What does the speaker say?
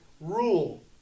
rule